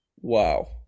Wow